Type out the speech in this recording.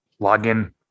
login